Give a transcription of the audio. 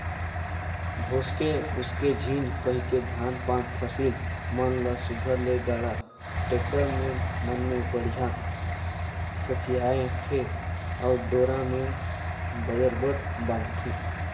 भोसके उसके झिन कहिके धान पान फसिल मन ल सुग्घर ले गाड़ा, टेक्टर मन मे बड़िहा सथियाथे अउ डोरा मे बजरबट बांधथे